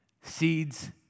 seeds